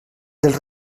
dels